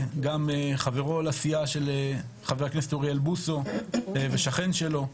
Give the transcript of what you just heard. גם חברו לסיעה של חבר הכנסת אוריאל בוסו ושכן שלו,